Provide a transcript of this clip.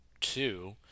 Two